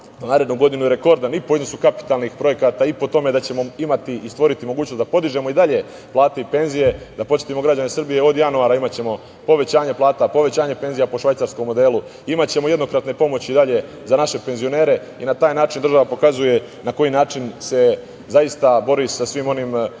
za narednu godinu je rekordan, i po iznosu kapitalnih projekata i po tome da ćemo imati i stvoriti mogućnost da podižemo i dalje plate i penzije. Da podsetim građane Srbije da ćemo od januara imati povećanje plata, povećanje penzija po švajcarskom modelu, imaćemo jednokratne pomoći za naše penzionere i na taj način država pokazuje na koji način se zaista bori sa svim onim